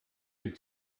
could